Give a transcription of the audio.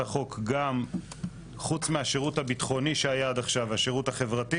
החוק גם חוץ מהשירות הביטחוני שהיה עד עכשיו והשירות החברתי